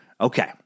Okay